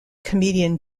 comedian